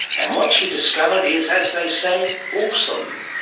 and what she discovered is, as they say, awesome.